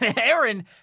Aaron